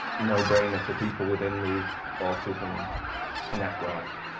no brainer to people within the autism network.